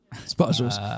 sponsors